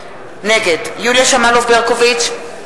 נגד יוליה שמאלוב-ברקוביץ,